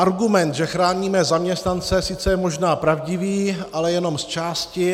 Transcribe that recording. Argument, že chráníme zaměstnance, sice je možná pravdivý, ale jenom zčásti.